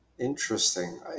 Interesting